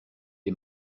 est